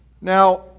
Now